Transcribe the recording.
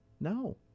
No